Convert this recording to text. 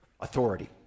authority